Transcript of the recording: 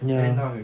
ya